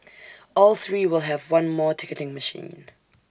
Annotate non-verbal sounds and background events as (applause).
all three will have one more ticketing machine (noise)